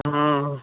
हँ